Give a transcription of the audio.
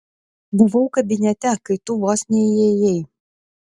buvau kabinete kai tu vos neįėjai